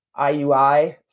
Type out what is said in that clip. iui